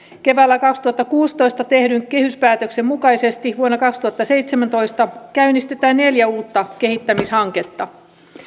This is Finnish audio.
keväällä kaksituhattakuusitoista tehdyn kehyspäätöksen mukaisesti vuonna kaksituhattaseitsemäntoista käynnistetään neljä uutta kehittämishanketta